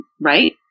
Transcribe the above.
right